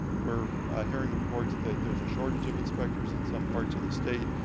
we're hearing reports that there's a shortage of inspectors in some parts of the state.